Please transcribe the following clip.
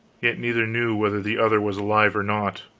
yet neither knew whether the other was alive or not.